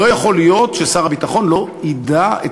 לא יכול להיות ששר הביטחון לא ידע את